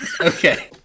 Okay